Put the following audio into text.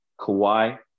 Kawhi